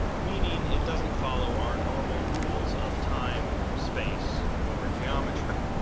meaning it doesn't follow our normal rules of time, space, or geometry.